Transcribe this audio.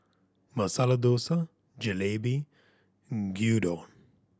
Masala Dosa Jalebi and Gyudon